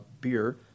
beer